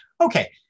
Okay